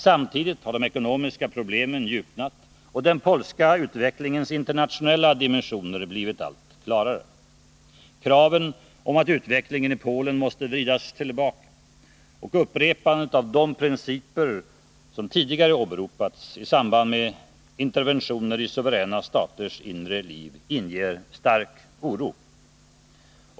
Samtidigt har de ekonomiska problemen djupnat och den polska utvecklingens internationella dimensioner blivit allt klarare. Kraven på att utvecklingen i Polen måste vridas tillbaka, och upprepandet av de principer som tidigare åberopats i samband med interventioner i suveräna staters inre liv inger stark oro.